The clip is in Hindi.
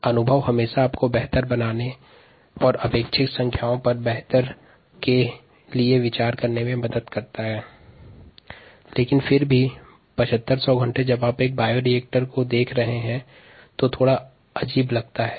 अनुभव हमेशा बेहतर प्रदर्शन में सहायता करता है